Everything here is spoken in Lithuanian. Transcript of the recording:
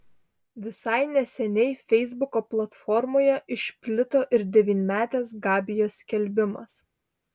visai neseniai feisbuko platformoje išplito ir devynmetės gabijos skelbimas